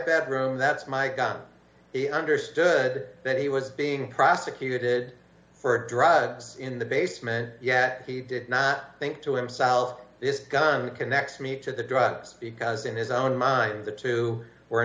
pet room that's my god he understood that he was being prosecuted for drugs in the basement yet he did not think to himself this gun connects me to the drugs because in his own mind the two were